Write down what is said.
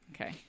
Okay